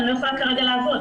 אני לא יכולה כרגע לעבוד.